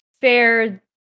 fair